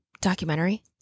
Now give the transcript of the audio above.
documentary